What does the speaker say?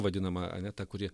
vadinama ane ta kuri